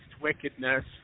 wickedness